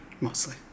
Mostly